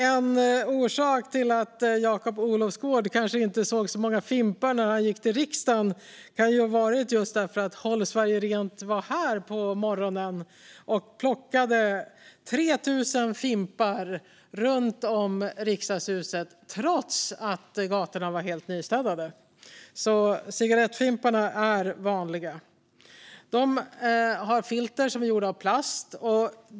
En orsak till att Jakob Olofsgård kanske inte såg så många fimpar när han gick till riksdagen kan ha varit just att Håll Sverige Rent var här på morgonen och plockade 3 000 fimpar runt om Riksdagshuset trots att gatorna var helt nystädade. Cigarettfimparna är vanliga. De har filter som är gjorda av plast.